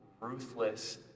ruthless